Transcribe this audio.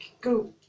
go